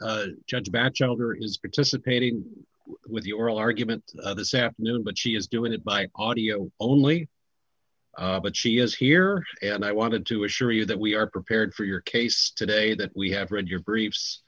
that judge batchelder is participating with the oral argument this afternoon but she is doing it by audio only but she is here and i wanted to assure you that we are prepared for your case today that we have read your briefs